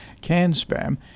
CAN-SPAM